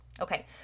Okay